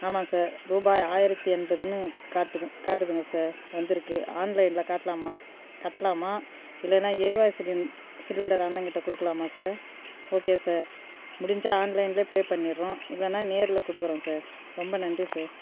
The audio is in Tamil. ஆமாம் சார் ரூபாய் ஆயிரத்து எண்பதுன்னு காட்டுது காட்டுதுங்க சார் வந்துருக்கு ஆன்லைனில் காட்டலாமா கட்டலாமா இல்லைனா எரிவாயு சிலிண் சிலிண்டர் அண்ணங்கிட்ட கொடுக்கலாமா சார் ஓகே சார் முடிஞ்சால் ஆன்லைன்ல பே பண்ணிடுறோம் இல்லைனா நேரில் கொடுக்கறோம் சார் ரொம்ப நன்றி சார்